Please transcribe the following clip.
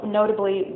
notably